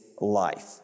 life